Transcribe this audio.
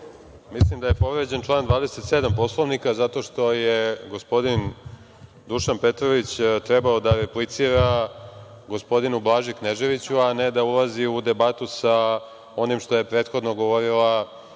Mislim da je povređen član 27. Poslovnika zato što je gospodin Dušan Petrović trebao da replicira gospodinu Blaži Kneževiću, a ne da ulazi u debatu sa onim što je prethodno govorila gospođa